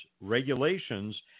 regulations